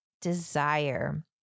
desire